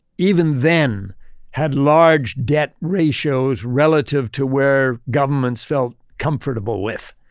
even then had large debt ratios relative to where governments felt comfortable with.